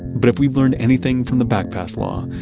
but if we've learned anything from the backpass law,